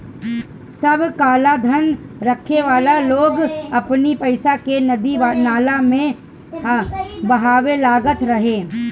सब कालाधन रखे वाला लोग अपनी पईसा के नदी नाला में बहावे लागल रहे